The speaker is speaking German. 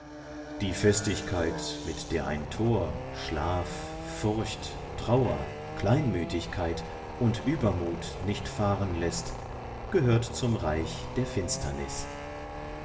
die festigkeit mit der ein tor schlaf furcht trauer kleinmütigkeit und übermut nicht fahren läßt gehört zum reich der finsternis